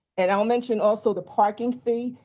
and i'll mention also the parking fee.